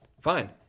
Fine